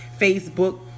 Facebook